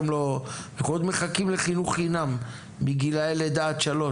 אנחנו עוד מחכים לחינוך חינם מגילאי לידה עד שלוש,